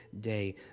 day